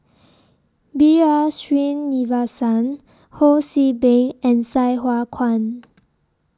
B R Sreenivasan Ho See Beng and Sai Hua Kuan